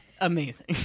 amazing